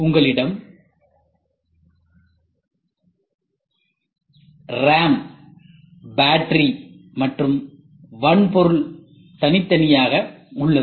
உங்களிடம் R RAM battery மற்றும் வன்பொருள் தனித்தனியாக உள்ளது